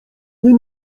nie